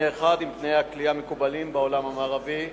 אחד עם תנאי הכליאה המקובלים בעולם המערבי,